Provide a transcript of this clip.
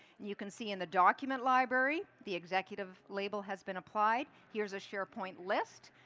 you can see in the document library the executive label has been applied. here's a sharepoint list,